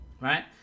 right